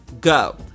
go